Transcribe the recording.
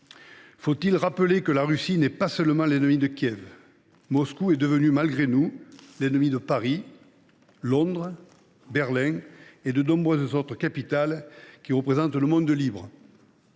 Faut il rappeler que la Russie n’est pas seulement l’ennemi de Kiev ? Moscou est devenu, malgré nous, l’ennemi de Paris, de Londres, de Berlin et de nombreuses autres capitales qui représentent le monde libre.